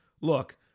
look